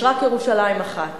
יש רק ירושלים אחת